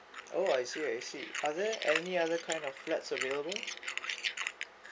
oh I see I see are there any other kind of flats available